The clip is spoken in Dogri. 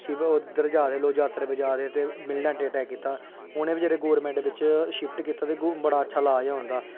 उद्धर जा दे हे लोक जात्तरा पर जा दे हे ते मिलिटैटें अटैक कीता हा उ'नें बचैरें गी गौरमैंट बिच्च शिप्ट कीता ते बड़ा अच्छा ईलाज होएआ उं'दा